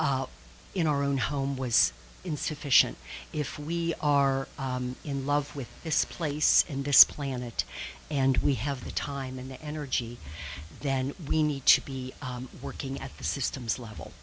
in our own home was insufficient if we are in love with this place and this planet and we have the time and the energy then we need to be working at the systems level